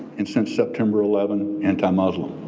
and since september eleven, anti-muslim.